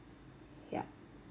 ya